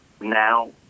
now